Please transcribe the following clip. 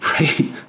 right